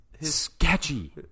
sketchy